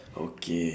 okay